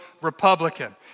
Republican